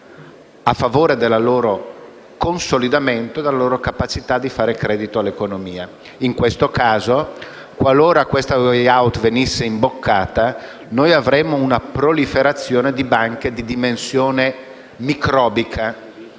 a favore del loro consolidamento e della loro capacità di fare credito all'economia. In questo caso, qualora la *way out* venisse imboccata, noi avremmo una proliferazione di banche di dimensione microbica